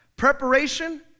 Preparation